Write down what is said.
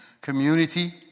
community